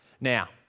Now